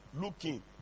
looking